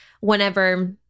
whenever